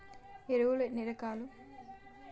ఎరువులు ఎన్ని రకాలు?